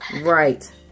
Right